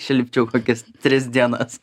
išlipčiau kokias tris dienas